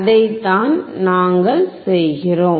அதைத்தான் நாங்கள் செய்கிறோம்